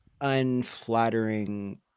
unflattering